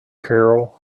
carol